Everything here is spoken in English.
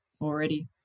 already